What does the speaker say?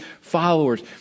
followers